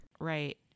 Right